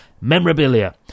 memorabilia